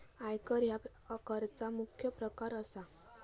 आयकर ह्या कराचा मुख्य प्रकार असा